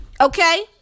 okay